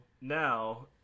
now